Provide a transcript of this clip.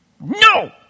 No